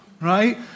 right